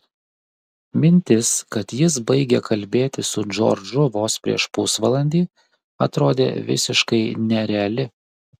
mintis kad jis baigė kalbėti su džordžu vos prieš pusvalandį atrodė visiškai nereali